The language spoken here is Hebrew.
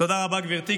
תודה רבה, גברתי.